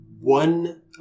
one